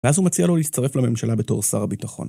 ואז הוא מציע לו להצטרף לממשלה בתור שר הביטחון.